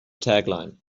tagline